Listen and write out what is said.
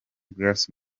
grace